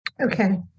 Okay